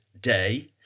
day